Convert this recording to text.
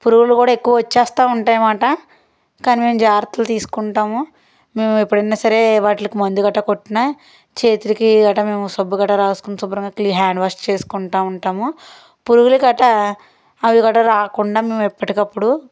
పురుగులు కూడా ఎక్కువ వచ్చేస్తూ ఉంటాయన్నమాట కానీ మేము జాగ్రత్తలు తీసుకుంటాము మేము ఎప్పుడైనా సరే వాటికి మందూ గట్ర కొట్టినా చేతులకి గట్ర మేము సబ్బూ గట్ర రాసుకొని శుభ్రంగా క్లీన్ హ్యాండ్వాష్ చేసుకుంటూ ఉంటాము పురుగులు గట్ర అవి గట్ర రాకుండా మేము ఎప్పటికప్పుడు